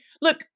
look